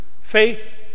faith